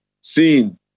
seen